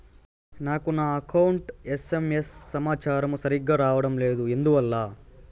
నాకు నా account SMS సమాచారము సరిగ్గా రావడం లేదు ఎందువల్ల?